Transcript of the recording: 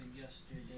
yesterday